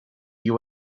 you